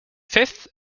fifth